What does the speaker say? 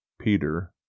Peter